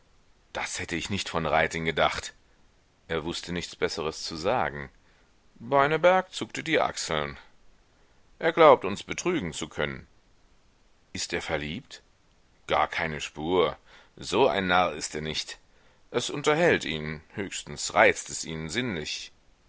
das hätte ich nicht von reiting gedacht er wußte nichts besseres zu sagen beineberg zuckte die achseln er glaubt uns betrügen zu können ist er verliebt gar keine spur so ein narr ist er nicht es unterhält ihn höchstens reizt es ihn sinnlich